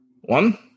One